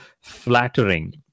flattering